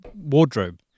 wardrobe